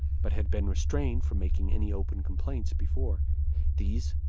but had been restrained from making any open complaints before these,